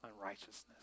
unrighteousness